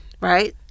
right